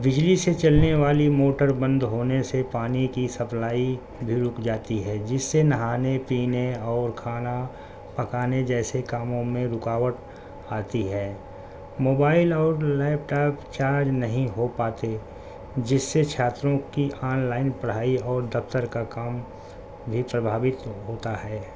بجلی سے چلنے والی موٹر بند ہونے سے پانی کی سپلائی بھی رک جاتی ہے جس سے نہانے پینے اور کھانا پکانے جیسے کاموں میں رکاوٹ آتی ہے موبائل اور لیپ ٹاپ چارج نہیں ہو پاتے جس سے چھاتروں کی آن لائن پڑھائی اور دفتر کا کام بھی پربھاوت ہوتا ہے